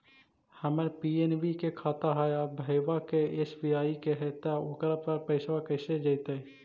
हमर पी.एन.बी के खाता है और भईवा के एस.बी.आई के है त ओकर पर पैसबा कैसे जइतै?